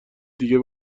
دیگه